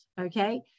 okay